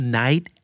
night